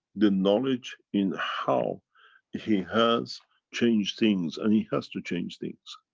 the knowledge in how he has changed things and he has to change things.